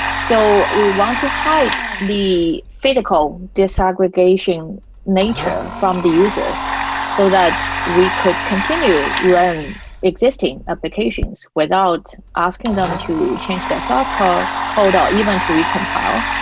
so we want to hide the physical disaggregation nature from the users so that we could continue run existing applications without asking them to change their soft code or ah even to recompile.